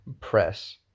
press